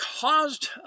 caused